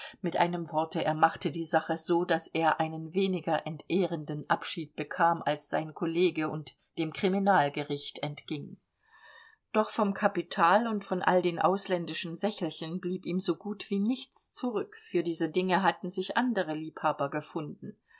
mit einem worte er machte die sache so daß er einen weniger entehrenden abschied bekam als sein kollege und dem kriminalgericht entging doch vom kapital und von all den ausländischen sächelchen blieb ihm so gut wie nichts zurück für diese dinge hatten sich andere liebhaber gefunden